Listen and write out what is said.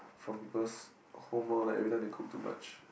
from people's home lor like every time they cook too much